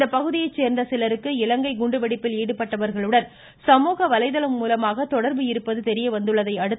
இந்த பகுதியை சேர்ந்த சிலருக்கு இலங்கை குண்டுவெடிப்பில் ஈடுபட்டவர்களுடன் சமூக வலைதளம் மூலம் தொடர்பு இருப்பது தெரியவந்துள்ளதை அடுத்து இந்நடவடிக்கை